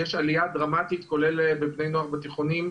יש עליה דרמטית כולל בבני נוער בתיכונים,